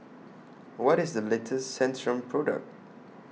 What IS The latest Centrum Product